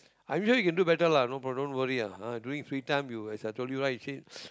I'm sure you can do better lah no pro~ don't worry lah ah during free time you as I told you right you said